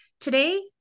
Today